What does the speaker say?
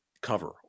cover